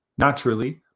Naturally